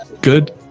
good